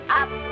up